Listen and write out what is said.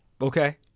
Okay